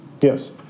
Yes